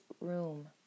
room